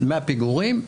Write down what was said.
-- דמי הפיגורים,